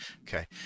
okay